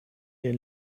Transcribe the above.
den